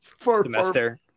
semester